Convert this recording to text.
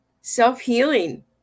self-healing